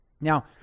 Now